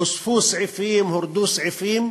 הוספו סעיפים, הורדו סעיפים,